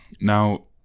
Now